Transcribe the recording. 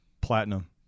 Platinum